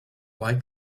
why